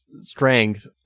strength